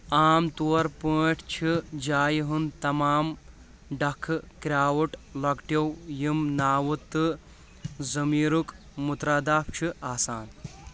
عام طور پٲٹھۍ چھِ جایہِ ہنٛد تمام ڈکھہٕ کرٛاوُت لۄکیٹو ، یِم ناوُت تہٕ ضمیرُک مترادف چھُ آسان